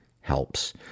helps